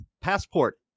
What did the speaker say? passport